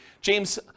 James